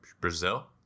Brazil